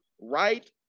right